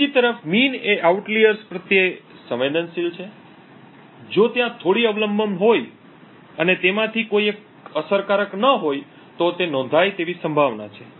બીજી તરફ સરેરાશ એ આઉટલિઅર્સ પ્રત્યે સંવેદનશીલ છે જો ત્યાં થોડી અવલંબન હોય અને તેમાંથી કોઈ એક અસરકારક ન હોય તો તે નોંધાય તેવી સંભાવના છે